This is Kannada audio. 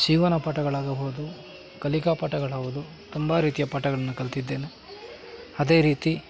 ಜೀವನ ಪಾಠಗಳಾಗಬಹುದು ಕಲಿಕಾ ಪಾಠಗಳಾಗ್ಬೋದು ತುಂಬ ರೀತಿಯ ಪಾಠಗಳನ್ನು ಕಲಿತಿದ್ದೇನೆ ಅದೇ ರೀತಿ